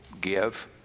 give